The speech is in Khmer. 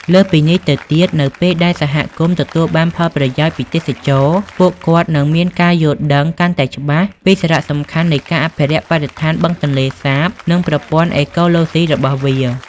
លើសពីនេះទៅទៀត នៅពេលដែលសហគមន៍ទទួលបានផលប្រយោជន៍ពីទេសចរណ៍ ពួកគាត់នឹងមានការយល់ដឹងកាន់តែច្បាស់ពីសារៈសំខាន់នៃការអភិរក្សបរិស្ថានបឹងទន្លេសាប និងប្រព័ន្ធអេកូឡូស៊ីរបស់វា។